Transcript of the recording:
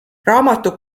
raamatu